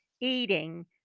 eating